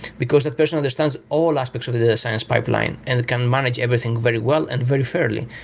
because that person understands all aspects of the data science pipeline and can manage everything very well and very fairly,